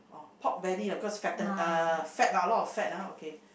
pork belly lah because fatten uh fat lah a lot of fat uh okay